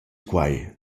quai